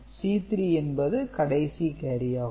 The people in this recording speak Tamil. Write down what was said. C 3 என்பது கடைசி கேரி ஆகும்